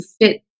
fit